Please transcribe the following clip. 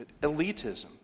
Elitism